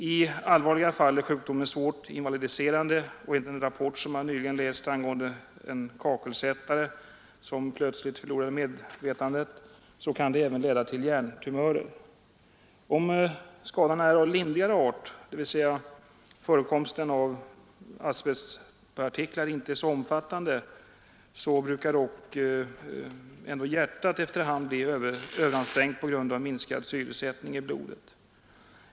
I allvarliga fall är sjukdomen svårt invalidiserande, och enligt en rapport som jag nyligen läst angående en kakelsättare, som plötsligt förlorade medvetandet, kan den även leda till hjärntumörer. Om skadorna är av lindrigare art, dvs. förekomsten av asbestpartiklar inte är så omfattande, brukar ändå hjärtat efter hand bli överansträngt på grund av minskad syrsättning i blodet.